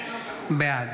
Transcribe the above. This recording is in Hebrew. בעד